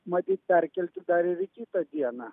matyt perkelti dar į kitą dieną